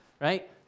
right